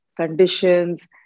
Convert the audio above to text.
Conditions